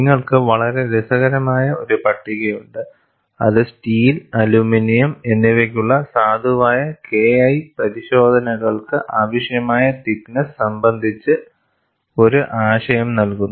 നിങ്ങൾക്ക് വളരെ രസകരമായ ഒരു പട്ടികയുണ്ട് അത് സ്റ്റീൽ അലുമിനിയം എന്നിവയ്ക്കുള്ള സാധുവായ KIC പരിശോധനകൾക്ക് ആവശ്യമായ തിക്ക് നെസ്സ് സംബന്ധിച്ച് ഒരു ആശയം നൽകുന്നു